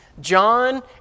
John